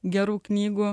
gerų knygų